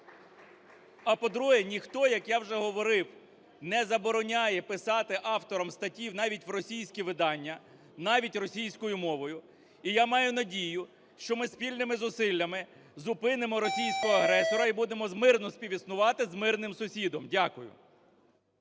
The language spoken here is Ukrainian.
А по-друге, ніхто, як я вже говорив, не забороняє писати авторам статті навіть в російській видання навіть російською мовою. І я маю надію, що ми спільними зусиллями зупинимо російського агресора і будемо мирно співіснувати з мирним сусідом. Дякую.